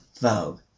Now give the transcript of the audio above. Vogue